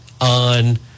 on